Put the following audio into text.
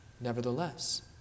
Nevertheless